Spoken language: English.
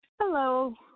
Hello